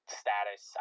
status